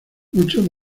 muchos